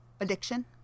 Addiction